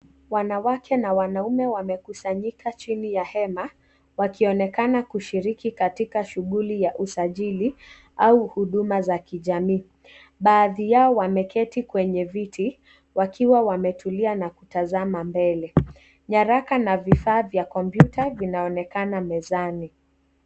Wanawake na wanaume, wamekusanyika chini ya hema. Wakionekana kushiriki katika shughuli ya usajili au huduma za kijamii. Baadhi yao wameketi kwenye viti, wakiwa wametulia na kutazama mbele. Nyaraka na vifaa vya kompyuta ,vinaonekana mezani.